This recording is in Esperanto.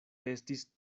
estis